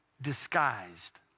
disguised